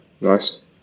nice